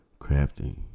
crafting